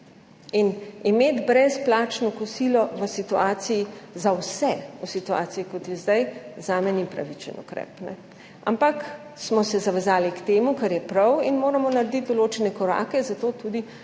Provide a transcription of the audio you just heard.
Imeti brezplačno kosilo za vse v situaciji, kot je zdaj, zame ni pravičen ukrep. Ampak smo se zavezali k temu, kar je prav, in moramo narediti določene korake, zato tudi